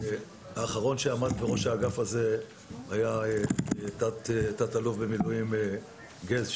האחרון שעמד בראש האגף הזה היה תת-אלוף גז שנפטר,